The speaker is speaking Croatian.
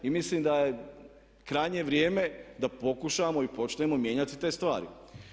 I mislim da je krajnje vrijeme da pokušamo i počnemo mijenjati te stvari.